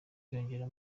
kwiyongera